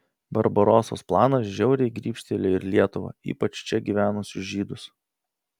barbarosos planas žiauriai grybštelėjo ir lietuvą ypač čia gyvenusius žydus